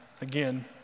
again